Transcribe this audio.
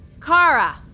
Kara